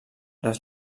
les